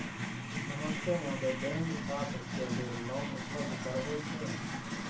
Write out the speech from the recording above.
नमस्ते महोदय, बैंक छात्र के लेल लोन उपलब्ध करबे छै?